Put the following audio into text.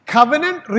Covenant